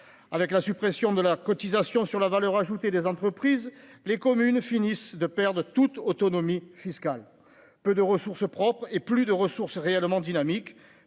avec la suppression de la cotisation sur la valeur ajoutée des entreprises, les communes finissent de père de toute autonomie fiscale peu de ressources propres et plus de ressources réellement dynamique